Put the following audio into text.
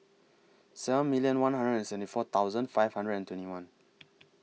seven million one hundred and seventy four thousand five hundred and twenty one